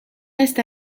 reste